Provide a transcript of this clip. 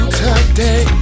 today